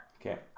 Okay